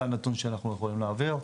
זה הנתון שאנחנו יכולים להעביר,